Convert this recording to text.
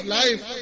life